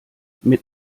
mit